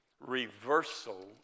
reversal